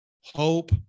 hope